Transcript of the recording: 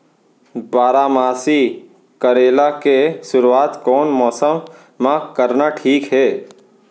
बारामासी करेला के शुरुवात कोन मौसम मा करना ठीक हे?